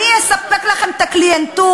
אני אספק לכם את הקליינטורה,